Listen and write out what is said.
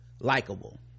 likable